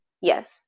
Yes